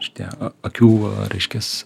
šitie akių reiškias